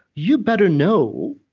you better know,